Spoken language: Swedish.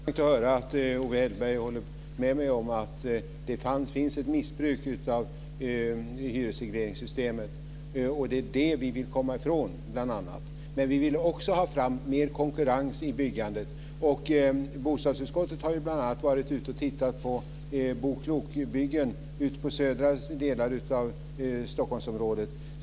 Fru talman! Det var intressant att höra att Owe Hellberg håller med mig om att det finns ett missbruk av hyresregleringssystemet. Det är bl.a. det vi vill komma ifrån. Men vi vill också ha fram mer konkurrens i byggandet. Bostadsutskottet har bl.a. varit ute och tittat på Bo klokt-byggen i de södra delarna av Stockholmsområdet.